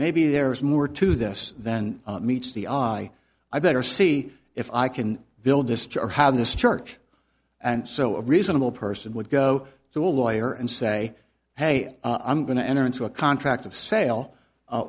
maybe there's more to this than meets the eye i better see if i can build this to have this church and so a reasonable person would go to a lawyer and say hey i'm going to enter into a contract of sale